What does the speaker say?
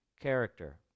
character